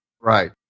right